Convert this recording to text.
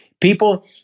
People